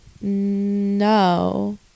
no